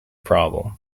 problem